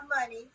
money